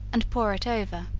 and pour it over.